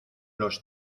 los